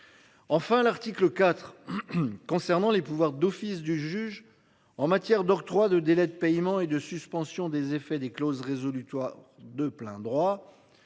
Enfin l'article IV. Concernant les pouvoirs d'office du juge en matière d'octroi de délais de paiement et de suspension des effets des clauses résolutoire de plein droit